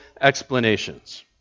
explanations